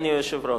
אדוני היושב-ראש.